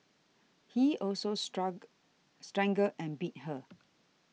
he also struggle strangled and beat her